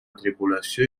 tripulació